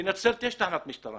בנצרת יש תחנת משטרה